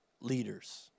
leaders